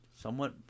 somewhat